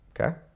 okay